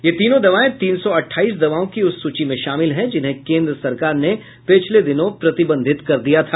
ये तीनों दवाएं तीन सौ अट्ठाईस दवाओं की उस सूची में शामिल हैं जिन्हें केंद्र सरकार ने पिछले दिनों प्रतिबंधित कर दिया था